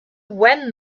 when